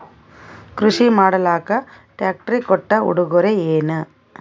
ಕೃಷಿ ಮಾಡಲಾಕ ಟ್ರಾಕ್ಟರಿ ಕೊಟ್ಟ ಉಡುಗೊರೆಯೇನ?